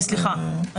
סליחה.